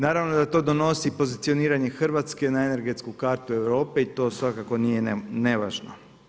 Naravno da to donosi pozicioniranje Hrvatske na energetsku kartu Europe i to svakako nije nevažno.